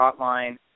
hotline